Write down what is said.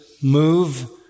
move